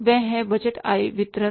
वह है बजट आय विवरण